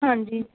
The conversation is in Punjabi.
ਹਾਂਜੀ